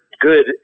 good